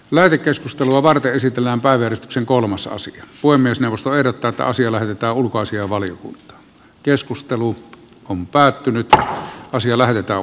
lähetekeskustelua varten esitellään päivystyksen kolmas asia voi myös neuvosto herättää taas ymmärtää ulkoasianvaliokunta keskustelu on päättynyt ja asia lähetetään